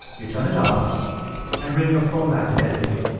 you turn it off and bring your phone back to bed with you.